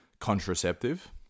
contraceptive